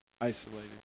isolated